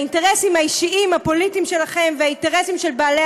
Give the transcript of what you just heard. והאינטרסים האישיים הפוליטיים שלכם והאינטרסים של בעלי